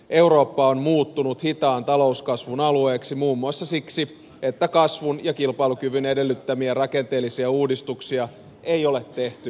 eurooppa on muuttunut hitaan talouskasvun alueeksi muun muassa siksi että kasvun ja kilpailukyvyn edellyttämiä rakenteellisia uudistuksia ei ole tehty ajoissa